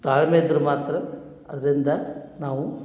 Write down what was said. ತಾಳ್ಮೆ ಇದ್ರೆ ಮಾತ್ರ ಅದರಿಂದ ನಾವು